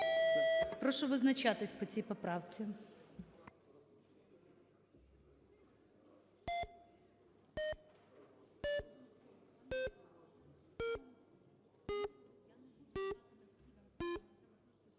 прошу визначатися по 162 поправці.